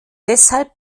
deshalb